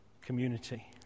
community